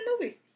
movie